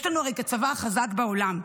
יש לנו את הצבא החזק בעולם,